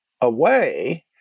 away